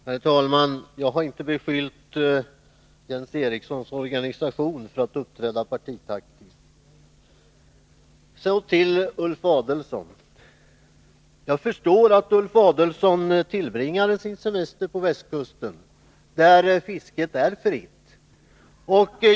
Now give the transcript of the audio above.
Herr talman! Jag har inte beskyllt Jens Erikssons organisation för att uppträda partitaktiskt. Så till Ulf Adelsohn. Jag förstår att Ulf Adelsohn tillbringar sin semester på västkusten, där fisket är fritt.